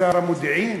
לשר המודיעין?